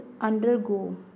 undergo